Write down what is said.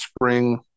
spring